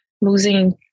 losing